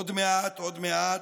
עוד מעט, עוד מעט,